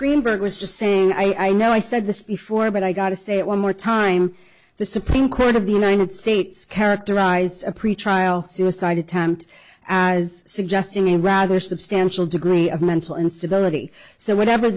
greenberg was just saying i know i said this before but i got to say it one more time the supreme court of the united states characterized a pretrial suicide attempt as suggesting a rather substantial degree of mental instability so whatever